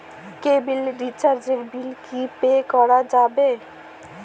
কেবিলের রিচার্জের বিল কি পে করা যাবে?